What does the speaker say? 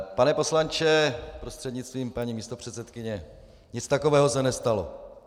Pane poslanče prostřednictvím paní místopředsedkyně, nic takového se nestalo.